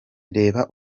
reba